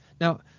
Now